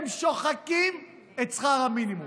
הם שוחקים את שכר המינימום.